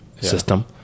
system